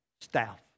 staff